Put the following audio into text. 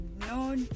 no